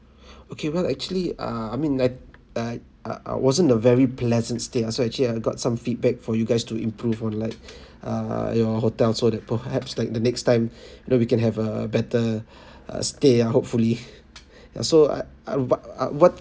okay well actually uh I mean like uh ah ah wasn't a very pleasant stay ah so actually I got some feedback for you guys to improve on like ah your hotel so that perhaps like the next time you know we can have a better uh stay ah hopefully ya so I ah what ah what